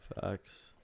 Facts